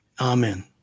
Amen